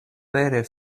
vere